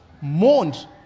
mourned